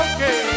Okay